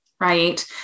right